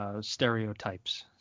stereotypes